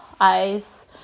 eyes